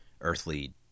earthly